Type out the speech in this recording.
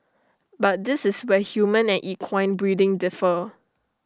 but this is where human and equine breeding differ